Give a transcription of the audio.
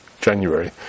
January